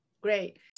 Great